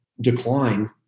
decline